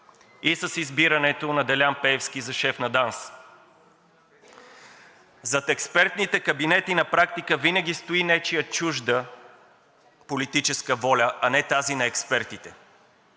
и с избирането на Делян Пеевски за шеф на ДАНС. Зад експертните кабинети на практика винаги стои нечия чужда политическа воля, а не тази на експертите.